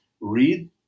read